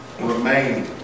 Remain